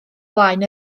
flaen